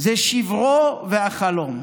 היא שברו והחלום.